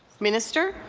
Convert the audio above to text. minister.